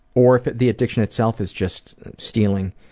or if the addiction itself is just stealing,